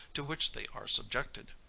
to which they are subjected.